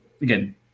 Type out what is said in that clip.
again